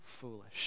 foolish